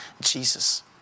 Jesus